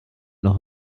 noch